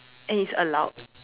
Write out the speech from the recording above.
and it's allowed